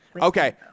Okay